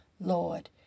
Lord